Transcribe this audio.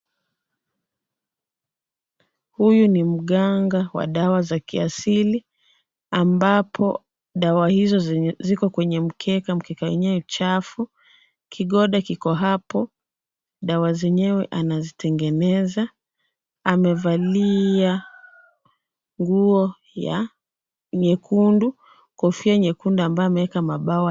Huyu ni mganga wa dawa za kiasili ambapo dawa hizo ziko kwenye mkeka . Mkeka yenyewe ni chafu. Kigoda Kiko hapo , dawa zenyewe anazitengeneza. Amevalia nguo ya nyekundu na kofia nyekundu ambayo ameweka mabawa.